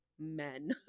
men